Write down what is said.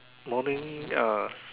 morning ah